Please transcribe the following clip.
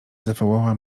zawołała